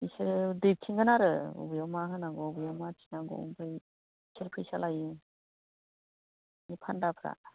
बिसोरो दैथिंगोन आरो अबेआव मा होनांगौ अबेआव मा थिनांगौ आमफाय बिसोर फैसा लायो बे फान्दाफ्रा